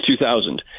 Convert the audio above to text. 2000